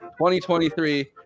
2023